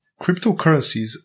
Cryptocurrencies